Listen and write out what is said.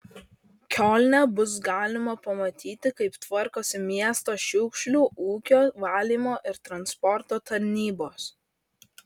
kiolne bus galima pamatyti kaip tvarkosi miesto šiukšlių ūkio valymo ir transporto tarnybos